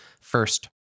first